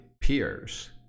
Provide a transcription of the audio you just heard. peers